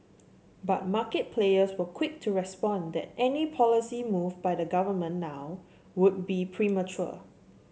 but market players were quick to respond that any policy move by the government now would be premature